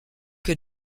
que